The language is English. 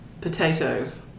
potatoes